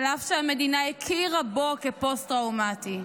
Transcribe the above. על אף שהמדינה הכירה בו כפוסט-טראומטי,